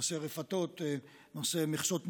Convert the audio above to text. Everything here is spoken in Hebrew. נושא הרפתות, נושא מכסות המים,